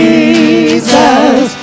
Jesus